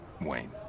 Wayne